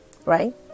Right